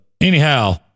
anyhow